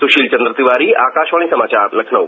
सुशील चंद्र तिवारी आकाशवाणी समाचार लखनऊ